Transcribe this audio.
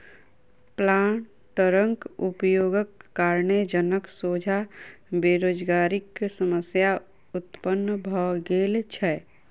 प्लांटरक उपयोगक कारणेँ जनक सोझा बेरोजगारीक समस्या उत्पन्न भ गेल छै